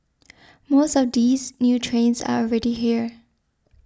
most of these new trains are already here